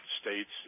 states